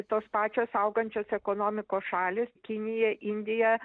tos pačios augančios ekonomikos šalys kinija indija